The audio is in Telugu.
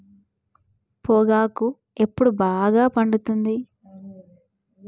పొగాకు ఎప్పుడు బాగా పండుతుంది?